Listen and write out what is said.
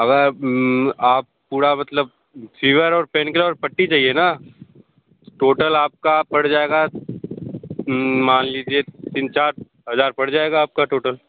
अगर आप पूरा मतलब फीवर और पैन किलर और पट्टी चाहिए ना टोटल आपका पड़ जाएगा मान लीजिए तीन चार हज़ार पड़ जाएगा आपका टोटल